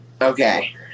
Okay